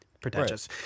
pretentious